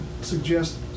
suggest